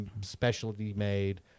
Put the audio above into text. specialty-made